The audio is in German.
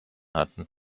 hatten